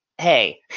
Hey